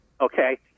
Okay